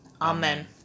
Amen